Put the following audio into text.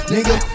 Nigga